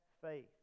faith